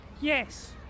yes